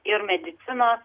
ir medicinos